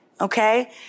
okay